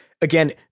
again